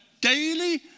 daily